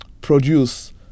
produce